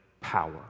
power